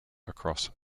across